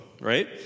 right